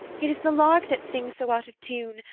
it is the lark that sings so out of tune,